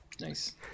nice